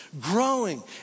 growing